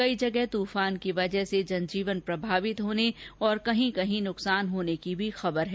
कई जगह तूफान की वजह से जनजीवन प्रभावित होने और कहीं कहीं नुकसान होने की भी खबर है